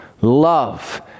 love